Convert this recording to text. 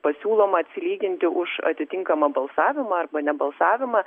pasiūloma atsilyginti už atitinkamą balsavimą arba nebalsavimą